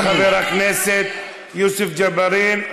תודה, חבר הכנסת יוסף ג'בארין.